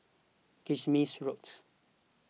Kismis Road